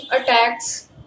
attacks